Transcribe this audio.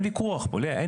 אין ויכוח פה.